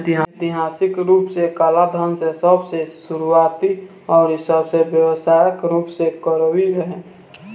ऐतिहासिक रूप से कालाधान के सबसे शुरुआती अउरी सबसे व्यापक रूप कोरवी रहे